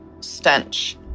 stench